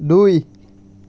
দুই